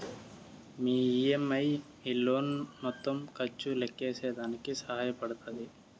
మీ EMI మీ loan మొత్తం ఖర్చు లెక్కేసేదానికి సహాయ పడతాది